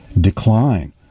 decline